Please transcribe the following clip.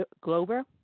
Glover